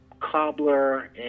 cobbler